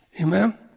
Amen